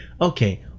Okay